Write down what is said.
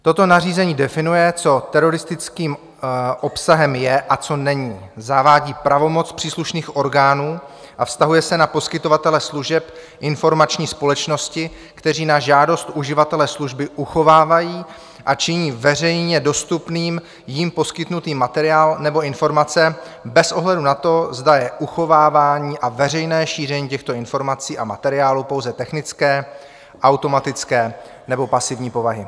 Toto nařízení definuje, co teroristickým obsahem je a co není, zavádí pravomoc příslušných orgánů a vztahuje se na poskytovatele služeb, informační společnosti, kteří na žádost uživatele služby uchovávají a činí veřejně dostupným jim poskytnutý materiál nebo informace bez ohledu na to, zda je uchovávání a veřejné šíření těchto informací a materiálů pouze technické, automatické nebo pasivní povahy.